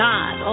God